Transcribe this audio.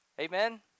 Amen